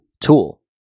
Tool